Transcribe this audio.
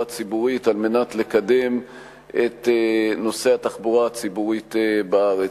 הציבורית על מנת לקדם את נושא התחבורה הציבורית בארץ.